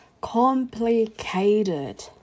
complicated